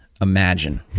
imagine